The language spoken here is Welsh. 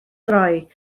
droi